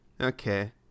Okay